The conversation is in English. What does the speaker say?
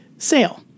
sale